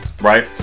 right